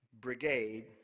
Brigade